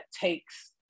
takes